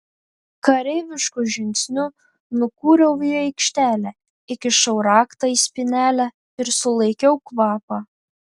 kareivišku žingsniu nukūriau į aikštelę įkišau raktą į spynelę ir sulaikiau kvapą